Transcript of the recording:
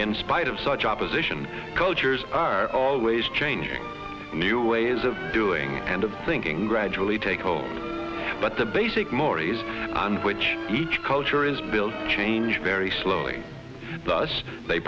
in spite of such opposition cultures are always changing new ways of doing kind of thinking gradually take over but the basic mores on which each culture is built change very slowly thus they